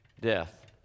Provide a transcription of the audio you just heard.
Death